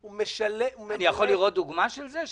אני יכול לראות דוגמה של זה?